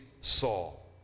Saul